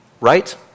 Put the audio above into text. Right